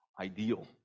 ideal